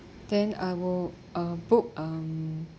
then I will uh book um